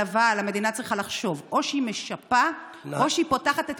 אבל המדינה צריכה לחשוב: או שהיא משפה או שהיא פותחת את קרנית,